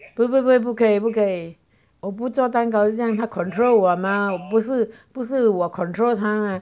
不不不不可以不可以我不做蛋糕就是让它 control 我吗不是不是我 control 它吗